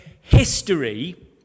history